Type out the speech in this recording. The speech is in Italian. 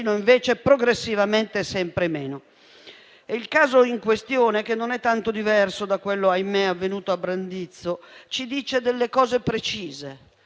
Il caso in questione, che non è tanto diverso da quello, ahimè, avvenuto a Brandizzo, ci dice delle cose precise.